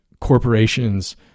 corporations